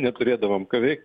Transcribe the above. neturėdavom ką veikt